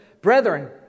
brethren